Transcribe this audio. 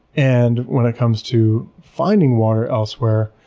and when it comes to finding water elsewhere,